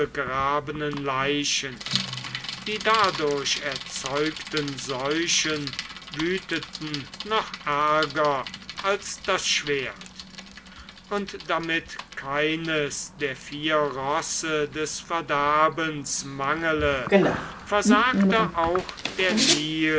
unbegrabenen leichen die dadurch erzeugten seuchen wüteten noch ärger als das schwert und damit keines der vier rosse des verderbens mangele versagte auch der nil